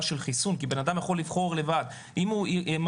של חיסון כי בן אדם יכול לבחור לבד אם הוא מגיע,